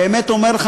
באמת אומר לך,